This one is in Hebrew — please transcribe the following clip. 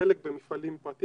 וחלק במפעלים פרטיים.